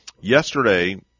Yesterday